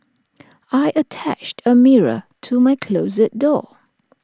I attached A mirror to my closet door